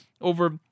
over